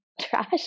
trash